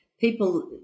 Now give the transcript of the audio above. people